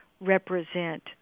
represent